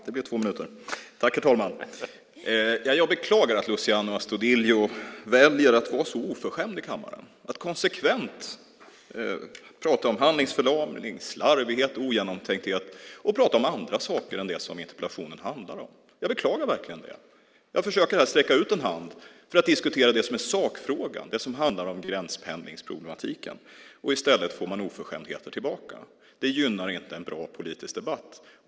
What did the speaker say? Herr talman! Jag beklagar att Luciano Astudillo väljer att vara så oförskämd i kammaren och att konsekvent prata om handlingsförlamning, slarvighet, ogenomtänkthet och om andra saker än det interpellationen handlar om. Jag beklagar verkligen det. Jag försöker här att sträcka ut en hand för att diskutera det som är sakfrågan: gränspendlingsproblematiken. I stället får jag oförskämdheter tillbaka. Det gynnar inte en bra politisk debatt.